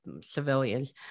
civilians